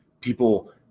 People